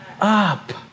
up